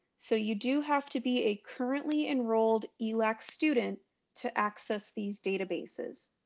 so you do have to be a currently enrolled elac student to access these databases.